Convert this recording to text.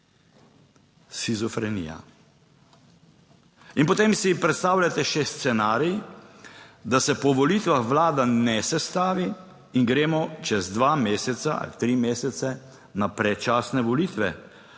Shizofrenija. In potem si predstavljate še scenarij, da se po volitvah vlada ne sestavi in gremo čez dva meseca ali tri mesece na predčasne volitve,